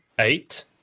eight